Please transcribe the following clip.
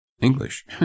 English